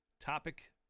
topic